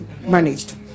managed